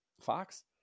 Fox